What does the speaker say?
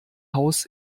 haus